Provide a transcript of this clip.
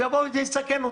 שיבוא ויסכן אותי.